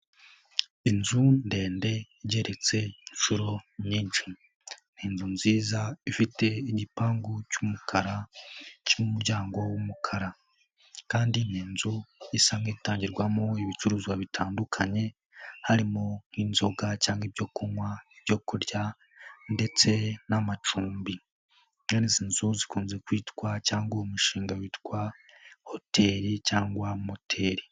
Inzu ndende igeretse inshuro nyinshi ni inzu nziza ifite igipangu cy'umukara cy'umuryango w'umukara kandi ni inzu isa nk'itangirwamo ibicuruzwa bitandukanye harimo nk'inzoga cyangwa ibyo kunywa, ibyo kurya ndetse n'amacumbi, bene izi nzu zikunze kwitwa cyangwa uwo mushinga witwa hoteli cyangwa moteli.